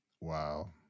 Wow